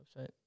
website